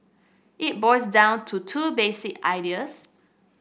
it boils down to two basic ideas